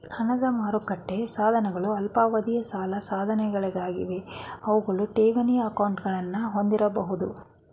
ಹಣದ ಮಾರುಕಟ್ಟೆ ಸಾಧನಗಳು ಅಲ್ಪಾವಧಿಯ ಸಾಲ ಸಾಧನಗಳಾಗಿವೆ ಅವುಗಳು ಠೇವಣಿ ಅಕೌಂಟ್ಗಳನ್ನ ಹೊಂದಿರಬಹುದು